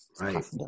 Right